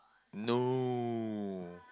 no